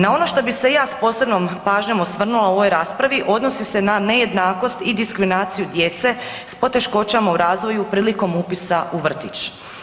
Na ono što bih se ja s posebnom pažnjom osvrnula u ovoj raspravi odnosi se na nejednakost i diskriminaciju djece s poteškoćama u razvoju prilikom upisa u vrtić.